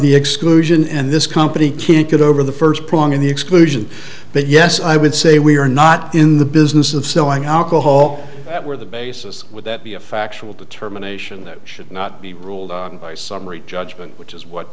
the exclusion and this company can't get over the first prong of the exclusion but yes i would say we are not in the business of selling alcohol where the basis would that be a factual determination that should not be ruled by summary judgment which is what